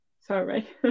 Sorry